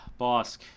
Bosk